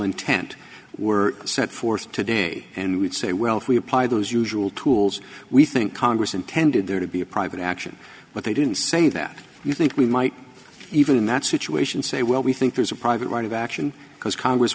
intent we're set forth today and would say well if we applied those usual tools we think congress intended there to be a private action but they didn't say that you think we might even in that situation say well we think there's a private right of action because congress